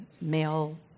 male